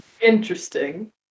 interesting